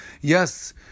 Yes